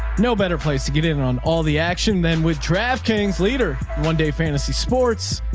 no better place to get in on all the action. then with draft kings leader, one day fantasy sports.